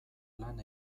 lan